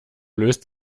löst